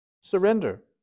surrender